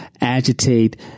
agitate